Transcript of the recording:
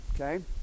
okay